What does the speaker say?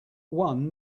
one